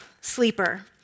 sleeper